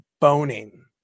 boning